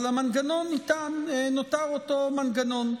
אבל המנגנון נותר אותו מנגנון.